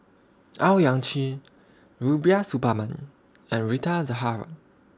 Owyang Chi Rubiah Suparman and Rita Zahara